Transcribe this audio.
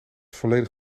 volledig